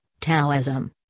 Taoism